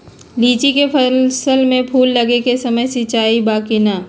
लीची के फसल में फूल लगे के समय सिंचाई बा कि नही?